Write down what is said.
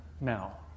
now